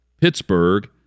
Pittsburgh